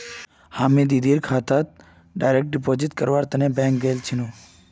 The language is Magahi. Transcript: हामी दीदीर खातात डायरेक्ट डिपॉजिट करवा बैंक गेल छिनु